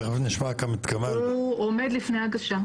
הוא עומד לפני הגשה.